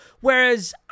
Whereas